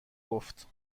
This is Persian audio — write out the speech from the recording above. گفت